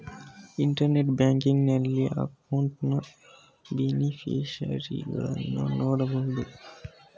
internet banking ನಲ್ಲಿ ಅಕೌಂಟ್ನ ಬೇನಿಫಿಷರಿಗಳನ್ನು ನೋಡಬೋದು